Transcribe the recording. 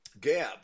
Gab